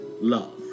love